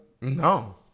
No